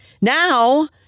Now